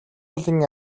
уулын